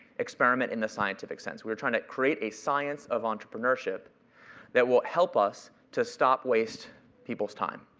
experiment in the scientific sense. we're trying to create a science of entrepreneurship that will help us to stop waste people's time,